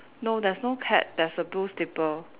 no there's no cat there's a blue slipper